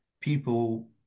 people